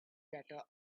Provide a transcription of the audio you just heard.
better